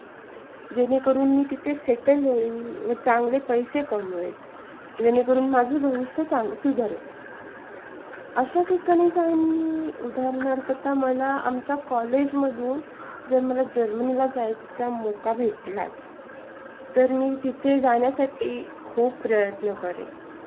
हो तू शांत हो आधी मी पाठवते तुला मी डिजिलॉकरकडून ते जन्म प्रमाणपत्र डाऊनलोड करून घेते आणि तुला सेंड करते की तू त्यांना सांगतोस की मी डाऊ म्हणजे मी त्यांना हे लिंक पाठवते ती डाऊनलोड करून घ्यायला त्यांना जमणार आहे का त्यांना तू एकदा विचारशील